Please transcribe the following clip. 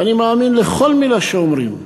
ואני מאמין בכל מילה שאומרים.